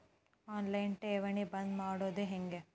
On line ಠೇವಣಿ ಬಂದ್ ಮಾಡೋದು ಹೆಂಗೆ?